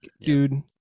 Dude